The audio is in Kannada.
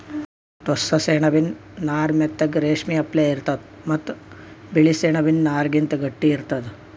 ಟೋಸ್ಸ ಸೆಣಬಿನ್ ನಾರ್ ಮೆತ್ತಗ್ ರೇಶ್ಮಿ ಅಪ್ಲೆ ಇರ್ತದ್ ಮತ್ತ್ ಬಿಳಿ ಸೆಣಬಿನ್ ನಾರ್ಗಿಂತ್ ಗಟ್ಟಿ ಇರ್ತದ್